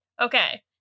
okay